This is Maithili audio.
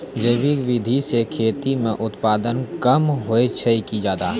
जैविक विधि से खेती म उत्पादन कम होय छै कि ज्यादा?